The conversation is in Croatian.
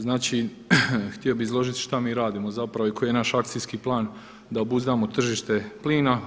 Znači, htio bih izložiti šta mi radimo zapravo i koji je naš akcijski plan da obuzdamo tržište plina.